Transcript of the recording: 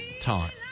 time